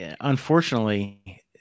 unfortunately